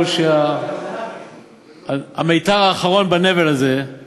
שהגיעו לדברים גזעניים שכאלה שכמוהם לא נשמע,